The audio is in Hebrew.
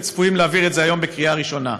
צפויים להעביר את זה היום בקריאה הראשונה.